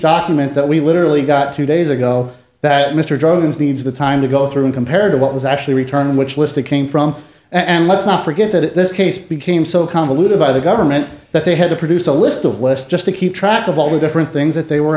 document that we literally got two days ago that mr jordan's needs the time to go through and compared to what was actually returning which list it came from and let's not forget that this case became so convoluted by the government that they had to produce a list of lists just to keep track of all the different things that they were